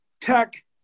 tech